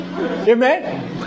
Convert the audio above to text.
Amen